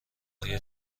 آیا